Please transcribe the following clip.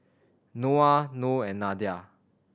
Noah Noh and Nadia